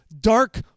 dark